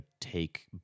take